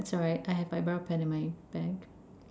that's alright I have my brow pen in my bag